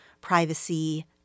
privacy